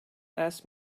asked